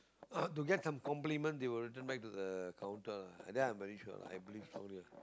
uh to get some compliment they will return back to the counter and that I'm very sure lah I believe so